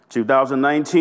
2019